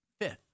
fifth